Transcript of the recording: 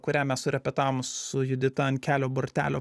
kurią mes surepetavom su judita ant kelio bortelio